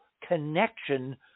connection